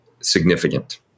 significant